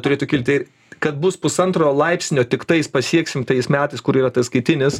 turėtų kilti kad bus pusantro laipsnio tiktais pasieksim tais metais kur yra ataskaitinis